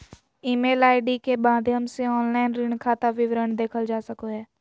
email ID के माध्यम से ऑनलाइन ऋण खाता विवरण देखल जा सको हय